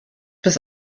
bis